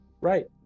right